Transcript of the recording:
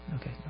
Okay